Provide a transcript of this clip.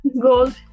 gold